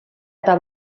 eta